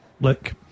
look